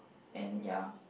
and ya